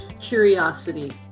curiosity